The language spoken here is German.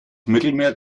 mittelmeer